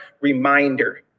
reminder